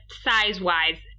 size-wise